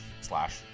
slash